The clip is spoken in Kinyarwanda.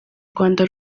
rwanda